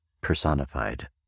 personified